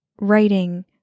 writing